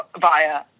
via